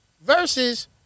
versus